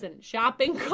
shopping